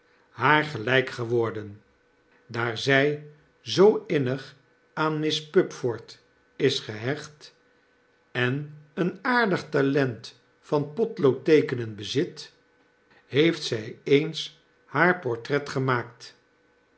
haar gelyk geworden daar zy zoo innig aan miss pupford is gehecht en een aardig talent van potloodteekenen bezit heeft zy eens haar portret gemaakt